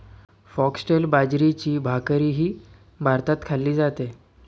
foxtail बाजरीची भाकरीही भारतात खाल्ली जाते